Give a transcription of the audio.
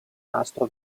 nastro